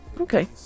okay